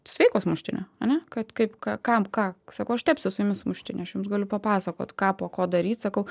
sveiko sumuštinio ane kad kaip kam ką sakau aš tepsiu su jumis sumuštinį aš jums galiu papasakot ką po ko daryt sakau